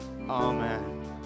amen